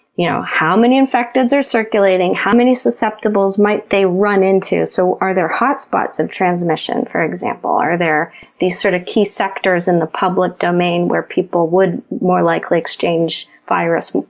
you know how many infecteds are circulating, how many susceptibles might they run into? so are there hotspots of transmission, for example? are there these sort of key sectors in the public domain where people would more likely exchange virus?